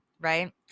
right